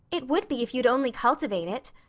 it would be if you'd only cultivate it,